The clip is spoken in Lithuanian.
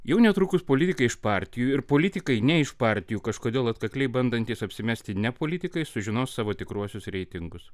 jau netrukus politikai iš partijų ir politikai ne iš partijų kažkodėl atkakliai bandantys apsimesti ne politikais sužinos savo tikruosius reitingus